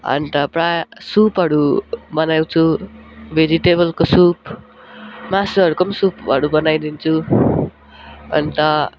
अन्त प्राय सुपहरू बनाउँछु भेजिटेबलको सुप मासुहरूको पनि सुपहरू बनाइदिन्छु अन्त